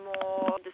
more